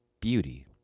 beauty